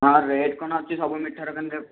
ହଁ ରେଟ୍ କ'ଣ ଅଛି ସବୁ ମିଠା ଦୋକାନର